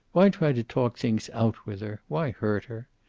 why try to talk things out with her? why hurt her?